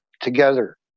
together